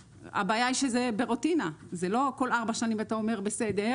הבעיה היא שזה לא כל ארבע שנים ואתה אומר בסדר,